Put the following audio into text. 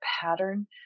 pattern